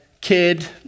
kid